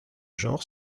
genre